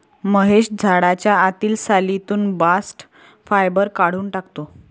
महेश झाडाच्या आतील सालीतून बास्ट फायबर काढून टाकतो